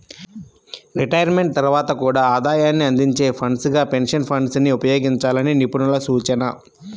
retirement తర్వాత కూడా ఆదాయాన్ని అందించే ఫండ్స్ గా పెన్షన్ ఫండ్స్ ని ఉపయోగించాలని నిపుణుల సూచన